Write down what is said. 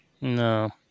No